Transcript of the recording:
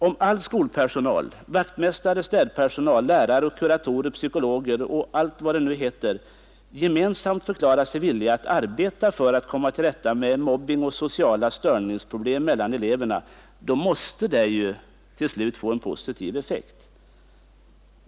Om all skolpersonal — vaktmästare, städpersonal, lärare, kuratorer, psykologer och allt vad det heter — gemensamt förklarar sig villig att arbeta för att komma till rätta med mobbning och sociala störningsproblem mellan eleverna, så måste det till slut få en positiv effekt.